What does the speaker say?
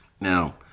Now